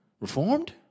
Reformed